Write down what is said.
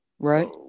Right